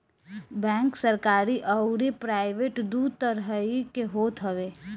bank सरकरी अउरी private दू तरही के होत हवे